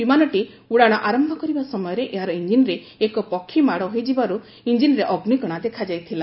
ବିମାନଟି ଉଡ଼ାଣ ଆରମ୍ଭ କରିବା ସମୟରେ ଏହାର ଇଞ୍ଜିନ୍ରେ ଏକ ପକ୍ଷୀ ମାଡ଼ ହୋଇଯିବାରୁ ଇଞ୍ଜିନ୍ରେ ଅଗ୍ନିକଣା ଦେଖାଯାଇଥିଲା